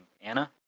Anna